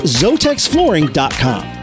zotexflooring.com